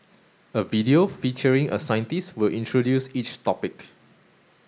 a video featuring a scientist will introduce each topic